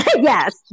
yes